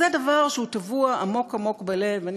וזה דבר שהוא טבוע עמוק עמוק בלב.